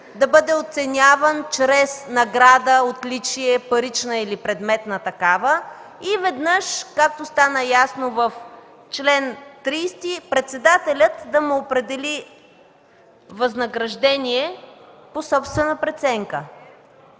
да бъде оценяван чрез награда, отличие, парична или предметна такава, и веднъж, както стана ясно в чл. 30 – председателят да му определи възнаграждение по собствена преценка,